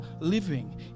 living